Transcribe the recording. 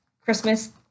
Christmas